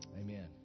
amen